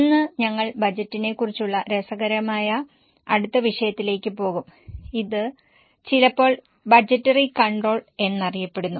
ഇന്ന് ഞങ്ങൾ ബജറ്റിംഗിനെക്കുറിച്ചുള്ള രസകരമായ അടുത്ത വിഷയത്തിലേക്ക് പോകും അത് ചിലപ്പോൾ ബഡ്ജറ്ററി കൺട്രോൾ എന്നറിയപ്പെടുന്നു